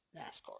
NASCAR